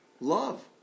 love